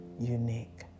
unique